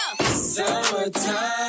summertime